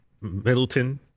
Middleton